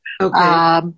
Okay